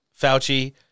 Fauci